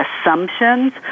assumptions